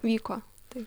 vyko taip